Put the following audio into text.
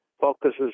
focuses